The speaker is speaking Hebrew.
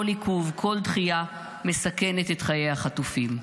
כל עיכוב, כל דחייה, מסכנים את חיי החטופים.